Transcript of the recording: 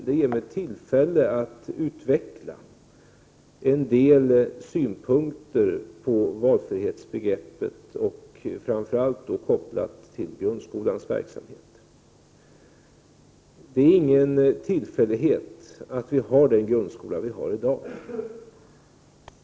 Det ger mig tillfälle att utveckla en del synpunkter på begreppet valfrihet, framför allt kopplat till grundskolans verksamhet. Det är ingen tillfällighet att vi har den grundskola vi har i dag.